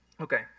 Okay